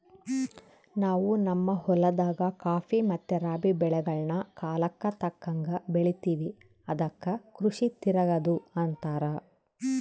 ನಾವು ನಮ್ಮ ಹೊಲದಾಗ ಖಾಫಿ ಮತ್ತೆ ರಾಬಿ ಬೆಳೆಗಳ್ನ ಕಾಲಕ್ಕತಕ್ಕಂಗ ಬೆಳಿತಿವಿ ಅದಕ್ಕ ಕೃಷಿ ತಿರಗದು ಅಂತಾರ